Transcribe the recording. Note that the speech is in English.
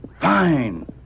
Fine